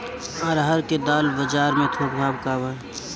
अरहर क दाल बजार में थोक भाव का बा?